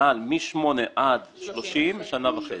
מ-8 עד 30 מטר, שנה וחצי.